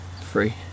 free